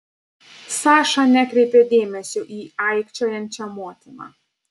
saša nekreipė dėmesio į aikčiojančią motiną